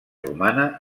romana